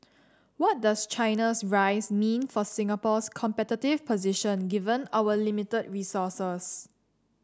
what does China's rise mean for Singapore's competitive position given our limited resources